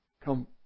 come